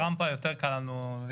רמפה יותר קל לנו.